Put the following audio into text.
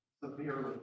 severely